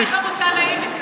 אני חמוצה נאיבית,